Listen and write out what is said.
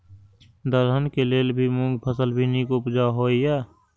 दलहन के लेल भी मूँग फसल भी नीक उपजाऊ होय ईय?